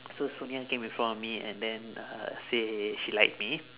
so sonia came in front of me and then uh say she like me